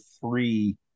three